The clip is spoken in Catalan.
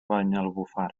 banyalbufar